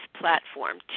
platform